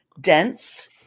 dense